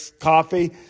coffee